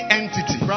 entity